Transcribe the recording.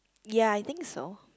ya I think so